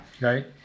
Right